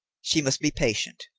she must be patient.